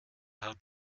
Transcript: hat